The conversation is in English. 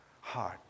heart